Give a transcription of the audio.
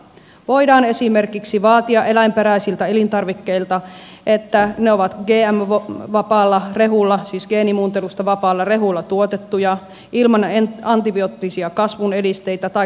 voidaan esimerkiksi vaatia eläinperäisiltä elintarvikkeilta että ne ovat gm vapaalla rehulla siis geenimuuntelusta vapaalla rehulla tuotettuja ilman antibioottisia kasvunedisteitä tai kasvuhormoneita tuotettuja